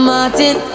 Martin